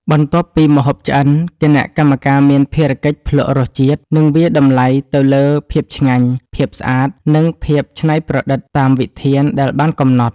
បន្ទាប់ពីម្ហូបឆ្អិន គណៈកម្មការមានភារកិច្ចភ្លក្សរសជាតិ និងវាយតម្លៃទៅលើភាពឆ្ងាញ់ ភាពស្អាត និងភាពច្នៃប្រឌិតតាមវិធានដែលបានកំណត់។